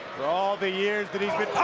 for all the years that he's been